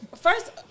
first